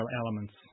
elements